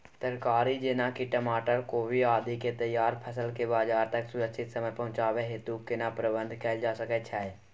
तरकारी जेना की टमाटर, कोबी आदि के तैयार फसल के बाजार तक सुरक्षित समय पहुँचाबै हेतु केना प्रबंधन कैल जा सकै छै?